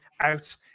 out